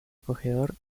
acogedor